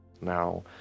Now